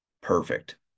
perfect